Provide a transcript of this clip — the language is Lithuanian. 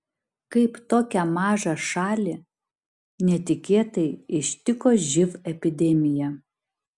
kaip tokią mažą šalį netikėtai ištiko živ epidemija